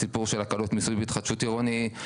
הסיפור של הקלות מיסוי והתחדשות עירונית,